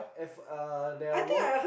at f~ uh there were